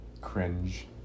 cringe